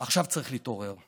עכשיו צריך להתעורר.